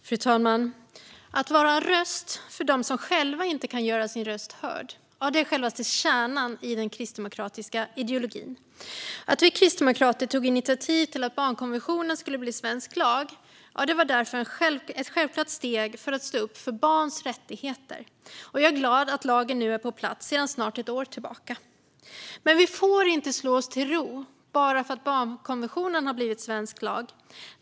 Fru talman! Att vara en röst för dem som själva inte kan göra sina röster hörda är själva kärnan i den kristdemokratiska ideologin. Att vi kristdemokrater tog initiativ till att barnkonventionen skulle bli svensk lag var därför ett självklart steg för att stå upp för barns rättigheter. Jag är glad över att lagen är på plats sedan snart ett år tillbaka. Vi får dock inte slå oss till ro bara för att barnkonventionen har blivit svensk lag.